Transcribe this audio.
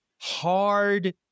hard